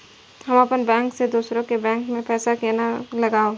हम अपन बैंक से दोसर के बैंक में पैसा केना लगाव?